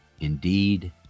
indeed